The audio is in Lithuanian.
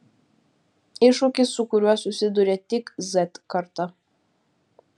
iššūkis su kuriuo susiduria tik z karta